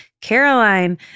Caroline